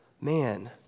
man